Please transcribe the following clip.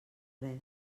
res